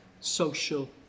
social